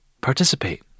participate